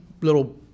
little